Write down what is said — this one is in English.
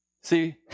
See